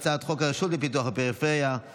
אני קובע כי הצעת חוק דיווח לכנסת על תלונות וטיפול בהטרדות